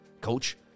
coach